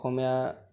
অসমীয়া